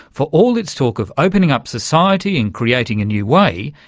for all its talk of opening up society and creating a new way,